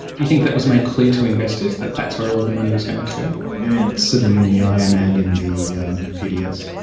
you think that was made clear to investors that that's where all the money was going to go? again, it's sitting in the im and in the pds.